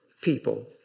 people